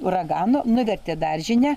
uragano nuvertė daržinę